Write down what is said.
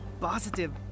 positive